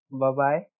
Bye-bye